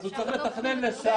אז הוא צריך לתכנן לשעה,